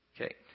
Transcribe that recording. Okay